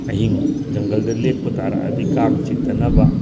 ꯑꯍꯤꯡ ꯖꯪꯒꯜꯗ ꯂꯦꯛꯄ ꯇꯥꯔꯛꯑꯗꯤ ꯀꯥꯡ ꯆꯤꯛꯇꯅꯕ